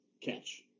catch